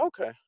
Okay